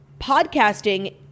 podcasting